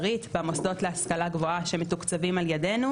פורסם למוסדות המתוקצבים על ידינו.